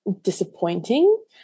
disappointing